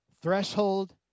Threshold